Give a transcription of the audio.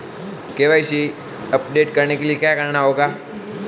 KYC update करने के लिए क्या करना होगा?